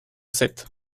sept